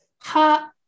ha